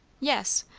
yes.